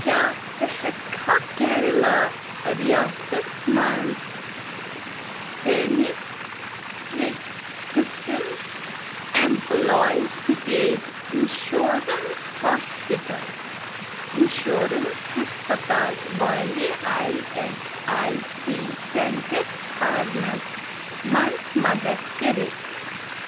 کیٛاہ ژٕ ہٮ۪ککھا کیرلا رِیاستَس منٛز سٮ۪نِٹرٛک قٕسٕم employees state insurance hospital insurance ہسپتال والہِ I S I C centre ژھارنَس منٛز مدتھ کٔرِتھ